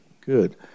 good